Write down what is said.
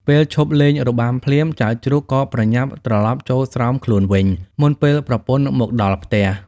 ពេលឈប់លេងរបាំភ្លាម ចៅជ្រូកក៏ប្រញាប់ត្រឡប់ចូលស្រោមខ្លួនវិញ មុនពេលប្រពន្ធមកដល់ផ្ទះ។